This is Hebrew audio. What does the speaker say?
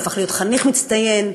והפך להיות חניך מצטיין.